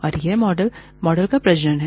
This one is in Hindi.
और यह मॉडल मॉडल का प्रजनन है